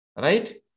Right